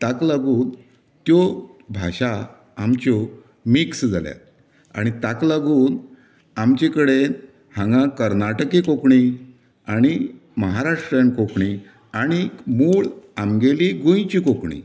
ताका लागून त्यो भाशा आमच्यो मिक्स जाल्यात आनी ताका लागून आमची कडेन हांगा कर्नाटकी कोंकणी आणी महाराष्ट्रीयन कोंकणी आनीक मूळ आमगेली गोंयची कोंकणी